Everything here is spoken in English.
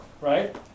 right